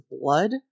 blood